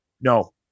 No